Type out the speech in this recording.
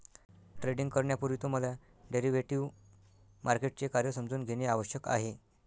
trading करण्यापूर्वी तुम्हाला derivative मार्केटचे कार्य समजून घेणे आवश्यक आहे